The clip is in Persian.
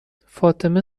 فاطمه